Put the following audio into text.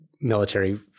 military